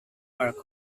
are